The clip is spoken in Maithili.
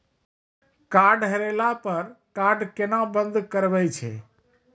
कार्ड हेरैला पर कार्ड केना बंद करबै छै?